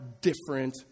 different